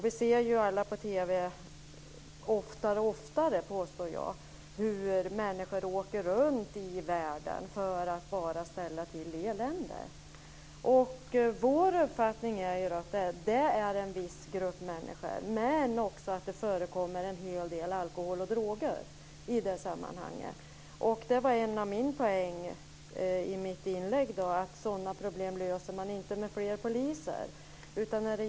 Vi ser oftare och oftare på TV hur människor åker runt i världen bara för att ställa till med elände. Vår uppfattning är att det är fråga om en viss sorts människor men också att det förekommer en hel del alkohol och droger i de sammanhangen. En poäng i mitt inlägg var att sådana problem inte löses med fler poliser.